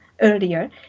earlier